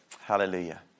Hallelujah